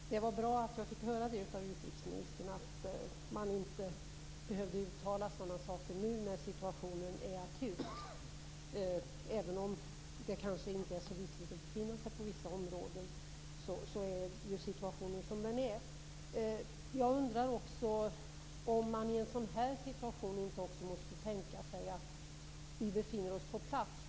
Fru talman! Det var bra att jag fick höra av utrikesministern att man inte behöver uttala sådana saker nu när situationen är akut. Även om det kanske inte är så klokt att befinna sig i vissa områden är ju situationen som den är. Jag undrar om man i en sådan här situation inte också måste tänka sig att man skall befinna sig på plats?